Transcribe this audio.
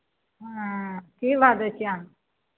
ह्म्म की भाओ दै छियै अहाँ